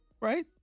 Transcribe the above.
right